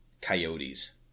Coyotes